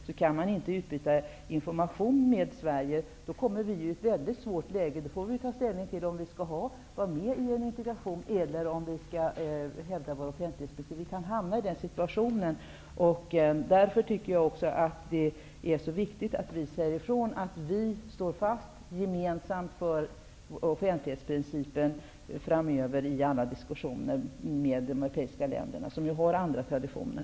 Då kan vi komma i ett mycket svårt läge, där vi måste ta ställning till om vi skall vara med i en integration eller om vi skall hävda våra offentlighetsprinciper. Det är därför viktigt att för framtida diskussioner slå fast att vi gemensamt står fast vid offentlighetsprincipen. De europeiska länderna har ju andra traditioner.